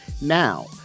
Now